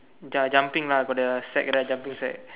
their jumping lah right jumping sack